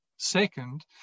Second